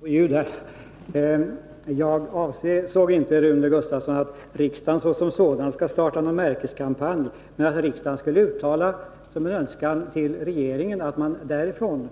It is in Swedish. Fru talman! Jag avsåg inte, Rune Gustavsson, att riksdagen som sådan skulle starta en märkeskampanj men att riksdagen skulle uttala en önskan till regeringen, att man därifrån